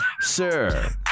Sir